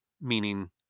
meaning